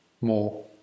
more